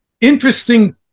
interesting